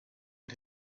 and